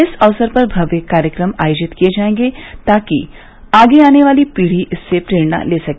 इस अवसर पर भव्य कार्यक्रम आयोजित किए जायेंगे ताकि आगे आने वाली पीढ़ी इससे प्रेरणा ले सके